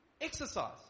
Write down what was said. Exercise